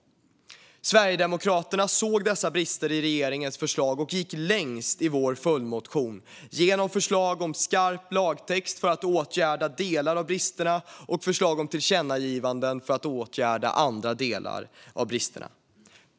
Vi i Sverigedemokraterna såg dessa brister i regeringens förslag och gick längst i vår följdmotion genom förslag om skarp lagtext för att åtgärda delar av bristerna och förslag om tillkännagivanden för att åtgärda andra delar av bristerna.